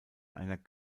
einer